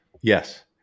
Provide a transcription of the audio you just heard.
yes